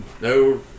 No